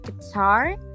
guitar